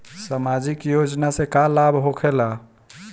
समाजिक योजना से का लाभ होखेला?